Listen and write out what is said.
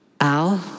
Al